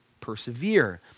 persevere